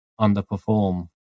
underperform